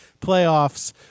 playoffs